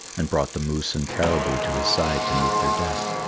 and brought the moose and caribou to his side to meet their death.